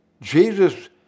Jesus